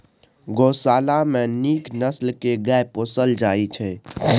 गोशाला मे नीक नसल के गाय पोसल जाइ छइ